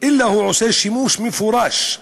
אלא עושה שימוש מפורש,